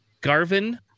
Garvin